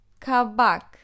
Kabak